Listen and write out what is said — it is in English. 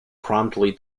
promptly